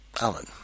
Alan